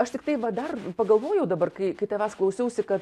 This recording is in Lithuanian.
aš tiktai va dar pagalvojau dabar kai kai tavęs klausiausi kad